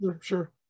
Sure